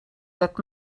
that